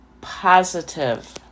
positive